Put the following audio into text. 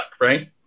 right